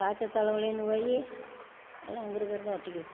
காய்ச்சல் தலைவலின்னு போய் எல்லா அங்கே இருக்கிறது ஒட்டிக்கிடுச்சு